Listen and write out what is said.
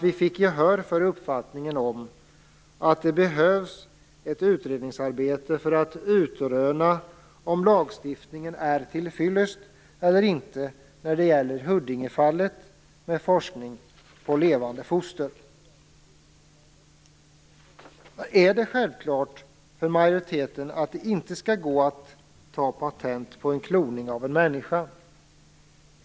Vi fick gehör för uppfattningen att det behövs ett utredningsarbete för att utröna om lagstiftningen är till fyllest eller inte när det gäller Huddingefallet, med forskning på levande foster. Är det självklart för majoriteten att det inte skall gå att ta patent på kloning av en människa?